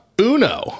Uno